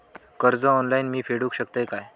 कर्ज ऑनलाइन मी फेडूक शकतय काय?